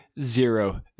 Zero